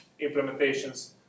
implementations